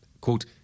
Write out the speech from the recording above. Quote